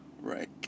right